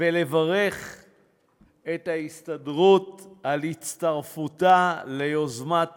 ולברך את ההסתדרות על הצטרפותה ליוזמת